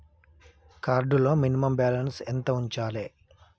Card లో minimum balance ఎంత ఉంచాలే?